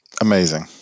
amazing